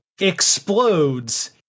explodes